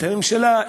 את הממשלה,